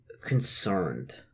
concerned